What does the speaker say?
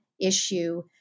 issue